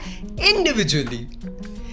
individually